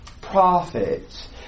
prophets